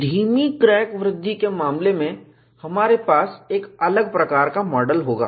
धीमी क्रैक वृद्धि के मामले में हमारे पास एक अलग प्रकार का मॉडल होगा